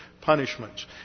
punishments